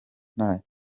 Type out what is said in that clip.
nta